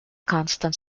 constant